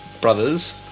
brother's